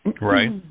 Right